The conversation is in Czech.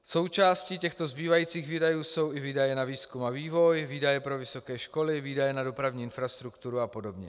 Součástí těchto zbývajících výdajů jsou i výdaje na výzkum a vývoj, výdaje na vysoké školy, výdaje na dopravní infrastrukturu apod.